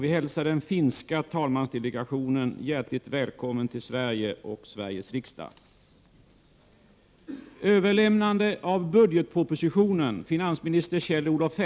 Vi hälsar den finska talmansdelegationen hjärtligt välkommen till Sverige och till Sveriges riksdag.